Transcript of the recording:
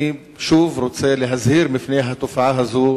אני שוב רוצה להזהיר מפני התופעה הזאת,